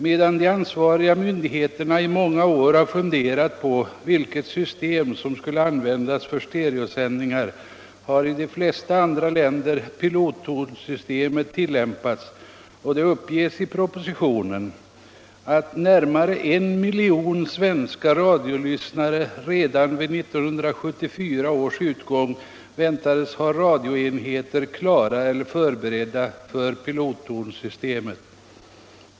Medan de ansvariga myndigheterna i många år har funderat på vilket system som skall användas för stereosändningar har i de flesta andra länder pilottonssystemet tillämpats, och det uppges i propositionen att närmare en miljon svenska radiolyssnare redan vid 1974 års utgång väntades ha radioenheter klara eller förberedda för pilottonssystemet.